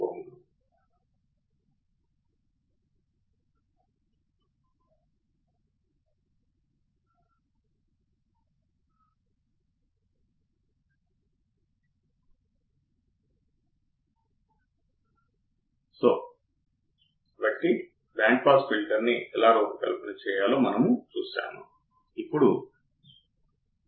ఆప్ amp విషయంలో bandwidth చాలా తక్కువగా ఉంటుంది కానీ మనం సరైన ప్రతికూల ఫీడ్ బ్యాక్ ని వర్తింపజేస్తే మనం బ్యాండ్ విడ్త్ ని పెంచవచ్చు ఇప్పుడు ఇన్పుట్ ఆఫ్సెట్ వోల్టేజ్